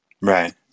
right